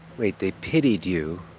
wait. they pitied you,